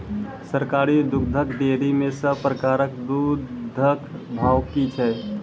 सरकारी दुग्धक डेयरी मे सब प्रकारक दूधक भाव की छै?